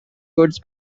goods